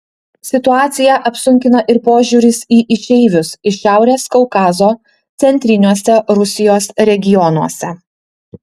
situaciją apsunkina ir požiūris į išeivius iš šiaurės kaukazo centriniuose rusijos regionuose